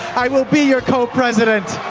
i will be your co-president.